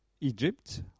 Egypt